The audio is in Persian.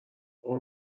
اوه